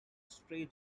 stray